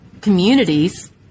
communities